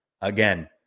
Again